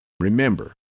Remember